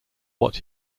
what